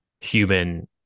human